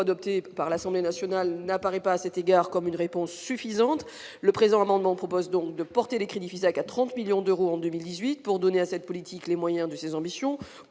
adopté par l'Assemblée nationale n'apparaît pas à cet égard comme une réponse suffisante le présent amendement propose donc de porter les crédits Fisac à 30 millions d'euros en 2018 pour donner à cette politique les moyens de ses ambitions